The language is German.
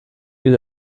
gilt